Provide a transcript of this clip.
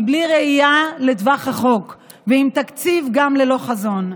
היא בלי ראייה לטווח ארוך וגם עם תקציב ללא חזון.